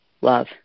love